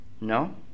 no